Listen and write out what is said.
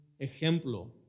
ejemplo